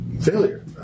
Failure